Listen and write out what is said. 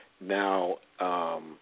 now –